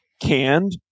canned